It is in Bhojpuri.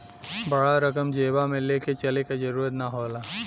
बड़ा रकम जेबा मे ले के चले क जरूरत ना होला